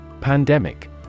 Pandemic